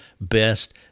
best